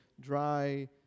dry